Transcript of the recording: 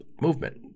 movement